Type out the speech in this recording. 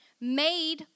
made